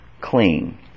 clean